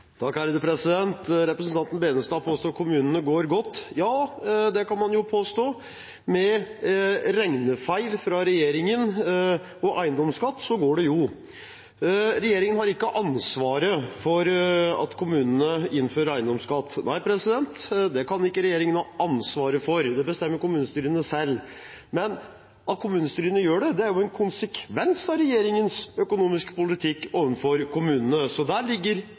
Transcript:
Representanten Tveiten Benestad påsto at kommunene går godt. Ja, det kan man påstå. Med regnefeil fra regjeringen og eiendomsskatt går det jo. Regjeringen har ikke ansvaret for at kommunene innfører eiendomsskatt. Nei, det kan ikke regjeringen har ansvaret for. Det bestemmer kommunestyrene selv. Men at kommunestyrene gjør det, er en konsekvens av regjeringens økonomiske politikk overfor kommunene, så der ligger